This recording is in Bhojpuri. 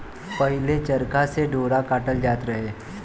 पहिले चरखा से डोरा काटल जात रहे